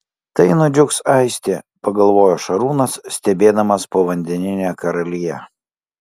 tai nudžiugs aistė pagalvojo šarūnas stebėdamas povandeninę karaliją